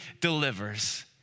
delivers